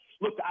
Look